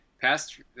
past